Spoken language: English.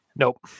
Nope